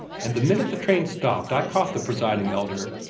and the minute the train stopped i caught the presiding elder,